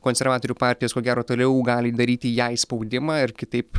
konservatorių partijos ko gero toliau gali daryti jai spaudimą ir kitaip